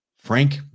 Frank